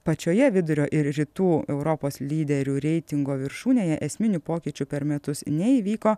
pačioje vidurio ir rytų europos lyderių reitingo viršūnėje esminių pokyčių per metus neįvyko